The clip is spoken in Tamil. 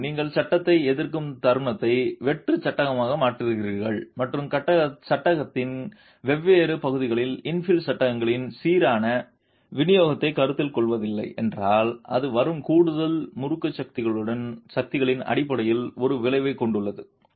மீண்டும் நீங்கள் சட்டத்தை எதிர்க்கும் தருணத்தை வெற்று சட்டமாக வடிவமைக்கிறீர்கள் மற்றும் கட்டிடத்தின் வெவ்வேறு பகுதிகளில் இன்ஃபில் சட்டங்களில் சீரான அல்லாத விநியோகத்தை கருத்தில் கொள்ளவில்லை என்றால் அது வரும் கூடுதல் முறுக்கு சக்திகளின் அடிப்படையில் ஒரு விளைவைக் கொண்டுள்ளது